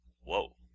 whoa